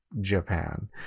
Japan